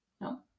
No